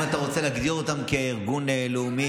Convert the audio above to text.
אם אתה רוצה להגדיר אותם כארגון לאומי-אזרחי,